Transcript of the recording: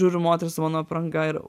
žiūriu moteris su mano apranga ir